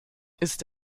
ist